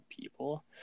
people